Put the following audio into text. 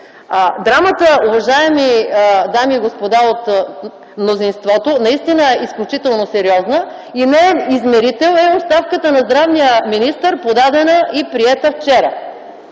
Драмата, уважаеми дами и господа от мнозинството, наистина е изключително сериозна и неин измерител е оставката на здравния министър – подадена и приета вчера.